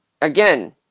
again